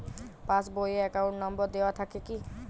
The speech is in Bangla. পাস বই এ অ্যাকাউন্ট নম্বর দেওয়া থাকে কি?